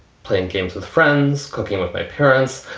playing games with friends, cooking with my parents,